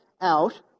out